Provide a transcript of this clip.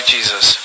Jesus